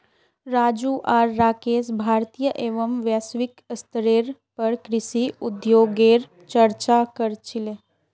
राजू आर राकेश भारतीय एवं वैश्विक स्तरेर पर कृषि उद्योगगेर चर्चा क र छीले